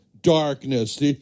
darkness